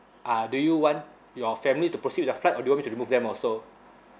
uh do you want your family to proceed with the flight or do you want me to remove them also